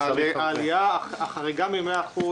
החריגה מ-100%,